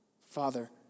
Father